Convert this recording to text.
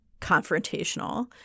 confrontational